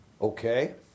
Okay